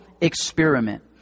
experiment